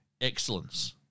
excellence